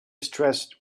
stressed